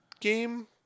game